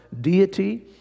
deity